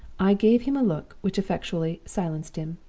i gave him a look which effectually silenced him,